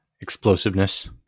explosiveness